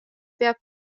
peab